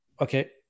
okay